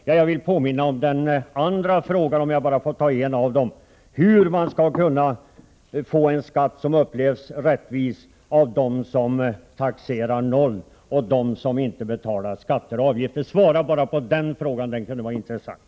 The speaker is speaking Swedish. Jag vill påminna om en fråga jag ställde i inledningsanförandet: Hur skall man kunna få en skatt som upplevs som rättvis av dem som taxerar noll och av dem som inte betalar skatter och avgifter? Svara bara på den frågan, det kunde vara intressant!